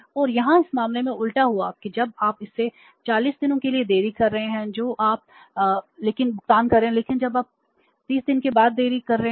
और यहाँ इस मामले में उल्टा हुआ है कि जब आप इसे 40 दिनों के लिए देरी कर रहे हैं तो आप ९ ६6१६ but का भुगतान कर रहे हैं लेकिन जब आप ६० दिनों के लिए देरी कर रहे हैं